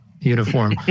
uniform